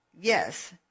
yes